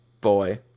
boy